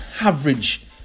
Average